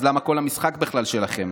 אז למה כל המשחק בכלל שלכם?